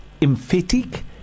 emphatic